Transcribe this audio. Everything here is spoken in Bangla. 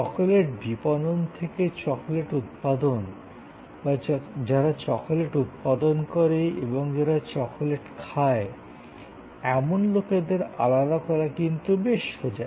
চকোলেট বিপণন থেকে চকোলেট উৎপাদন বা যারা চকোলেট উৎপাদন করে এবং যারা চকোলেট খায় এমন লোকেদের আলাদা করা কিন্তু বেশ সোজা